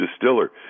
distiller